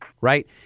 right